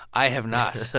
i have not.